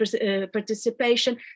participation